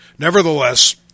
Nevertheless